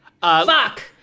Fuck